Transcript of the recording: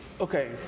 Okay